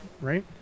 right